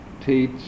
teach